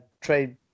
trade